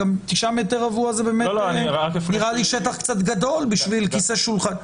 תשעה מ"ר זה נראה לי שטח קצת גדול בשביל כיסא ושולחן.